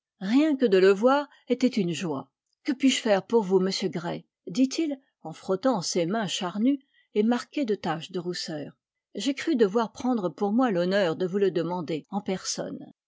rien que de le voir était une joie que puis-je faire pour vous monsieur gray dit-il en frottant ses mains charnues et marquées de taches de rousseur j'ai cru devoir prendre pour moi l'honneur de vous le demander en personne